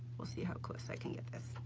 we'll see how close i can get this,